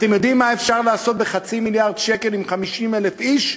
אתם יודעים מה אפשר לעשות בחצי מיליארד שקל עם 50,000 איש?